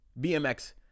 BMX